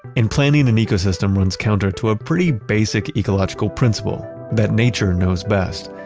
in planning an ecosystem runs counter to a pretty basic ecological principle that nature knows best.